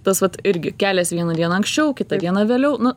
tas vat irgi keliasi vieną dieną anksčiau kitą dieną vėliau nu